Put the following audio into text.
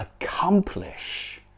accomplish